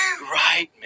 Right